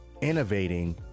innovating